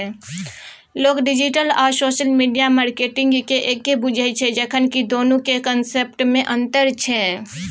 लोक डिजिटल आ social media मार्केटिंगकेँ एक्के बुझय छै जखन कि दुनुक कंसेप्टमे अंतर छै